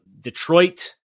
Detroit